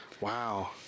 wow